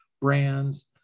brands